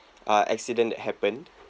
uh accident that happened